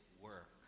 work